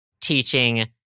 teaching